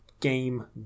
game